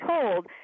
told